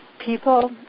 people